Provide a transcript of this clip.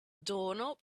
doorknob